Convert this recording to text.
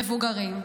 מבוגרים?